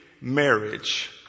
marriage